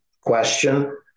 question